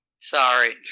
Sorry